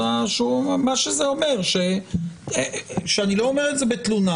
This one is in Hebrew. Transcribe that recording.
אני לא אומר את זה בתלונה,